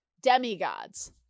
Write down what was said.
Demigods